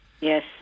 Yes